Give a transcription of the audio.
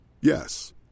Yes